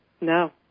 No